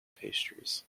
pastries